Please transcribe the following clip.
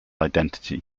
identity